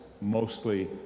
mostly